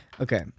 Okay